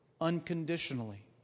unconditionally